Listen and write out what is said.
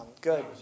Good